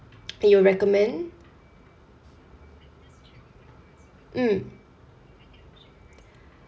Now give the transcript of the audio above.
and you'll recommend mm